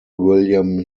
william